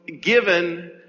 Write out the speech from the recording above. given